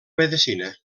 medecina